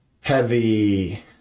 heavy